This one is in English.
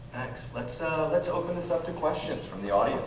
thanks. let's so let's open this up to questions from the